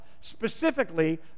specifically